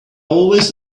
always